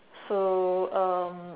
so um